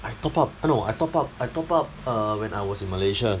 I top up oh no I top up I top up err when I was in malaysia